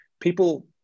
people